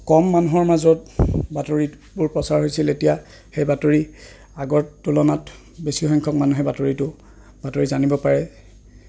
কম মানুহৰ মাজত বাতৰিবোৰ প্ৰচাৰ হৈছিল এতিয়া সেই বাতৰি আগৰ তুলনাত বেছিসংখ্যক মানুহে বাতৰিটো বাতৰি জানিব পাৰে